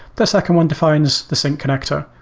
the second one defines the sync connector.